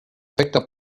picked